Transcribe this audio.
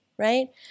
right